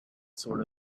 sort